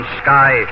sky